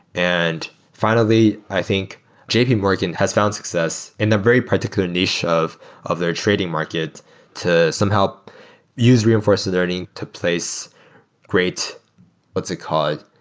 and finally i think j p. morgan has found success in a very particular niche of of their trading market to somehow use reinforcement learning to place great what's it called?